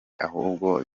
ahubwo